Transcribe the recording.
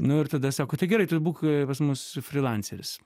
nu ir tada sako tai gerai tu būk pas mus frilanceris